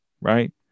right